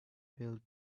build